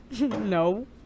no